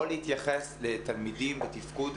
או להתייחס לתלמידים בתפקוד